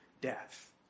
death